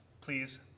please